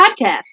podcast